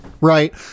right